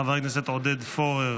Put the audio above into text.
חבר הכנסת עודד פורר